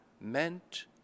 meant